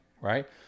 right